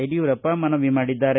ಯಡಿಯೂರಪ್ಪ ಮನವಿ ಮಾಡಿದ್ದಾರೆ